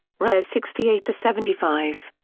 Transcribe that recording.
res. sixty eight seventy five.